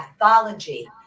pathology